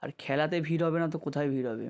আর খেলাতে ভিড় হবে না তো কোথায় ভিড় হবে